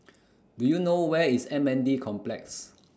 Do YOU know Where IS M N D Complex